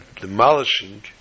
demolishing